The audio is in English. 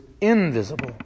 invisible